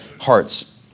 hearts